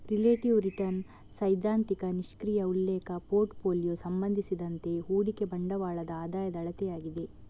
relative return ಸೈದ್ಧಾಂತಿಕ ನಿಷ್ಕ್ರಿಯ ಉಲ್ಲೇಖ ಪೋರ್ಟ್ ಫೋಲಿಯೊ ಸಂಬಂಧಿಸಿದಂತೆ ಹೂಡಿಕೆ ಬಂಡವಾಳದ ಆದಾಯದ ಅಳತೆಯಾಗಿದೆ